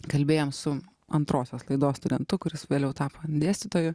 kalbėjom su antrosios laidos studentu kuris vėliau tapo dėstytoju